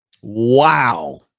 Wow